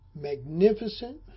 magnificent